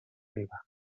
riba